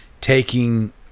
taking